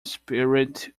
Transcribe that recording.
spirit